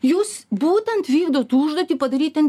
jūs būtent vykdot užduotį padaryt ten